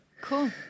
Cool